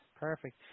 perfect